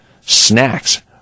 snacks